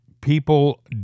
people